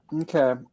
Okay